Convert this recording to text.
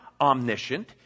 omniscient